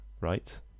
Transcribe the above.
right